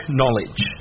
knowledge